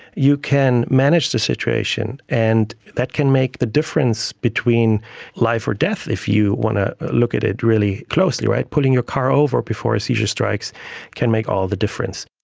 you can manage the situation, and that can make the difference between life or death, if you want to look at it really closely. pulling your car over before a seizure strikes can make all the difference.